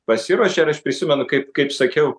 pasiruošė ir aš prisimenu kaip kaip sakiau